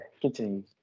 Continue